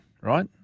right